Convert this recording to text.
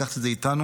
לקחת את זה איתנו,